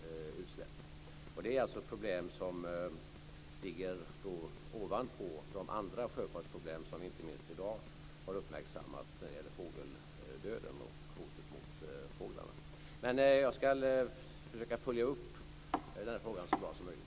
Detta är alltså ett problem som ligger ovanpå de andra sjöfartsproblem som vi inte minst i dag har uppmärksammat när det gäller fågeldöden och hotet mot fåglarna. Men jag ska följa upp den här frågan så bra som möjligt.